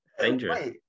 Dangerous